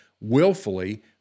willfully